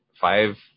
Five